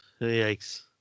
yikes